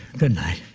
goodnight.